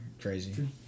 crazy